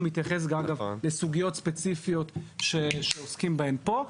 ומתייחס לסוגיות ספציפיות שאנחנו עוסקים בהן פה.